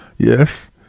Yes